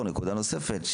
נקודה נוספת,